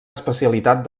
especialitat